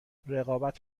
رقابت